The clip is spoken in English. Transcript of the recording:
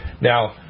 now